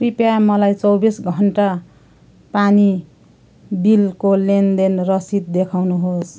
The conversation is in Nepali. कृपया मलाई चौबिस घन्टा पानी बिलको लेनदेन रसिद देखाउनुहोस्